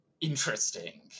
interesting